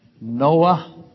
Noah